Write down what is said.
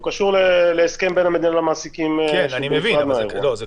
הוא קשור להסכם בין המעסיקים --- זה קשור,